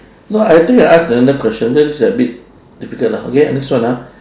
no I think I ask another question cause this a bit difficult ah okay next one ah